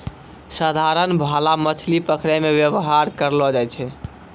साधारण भाला मछली पकड़ै मे वेवहार करलो जाय छै